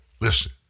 listen